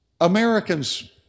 American's